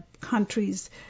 countries